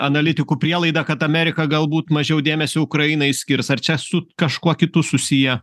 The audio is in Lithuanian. analitikų prielaida kad amerika galbūt mažiau dėmesio ukrainai skirs ar čia su kažkuo kitu susiję